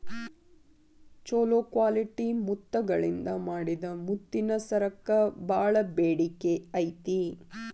ಚೊಲೋ ಕ್ವಾಲಿಟಿ ಮುತ್ತಗಳಿಂದ ಮಾಡಿದ ಮುತ್ತಿನ ಸರಕ್ಕ ಬಾಳ ಬೇಡಿಕೆ ಐತಿ